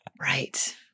right